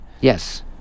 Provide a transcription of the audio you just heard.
Yes